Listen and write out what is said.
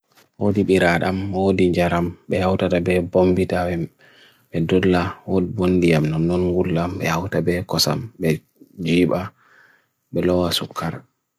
Odi biradam, odi injaram, be'a utada be'a bombitavem, be'a dudla, odi bundiam, noon gula, be'a utada be'a kosam, be'a jiba, be'a lawa sukkar.